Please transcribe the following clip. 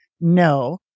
No